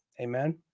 Amen